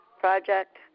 project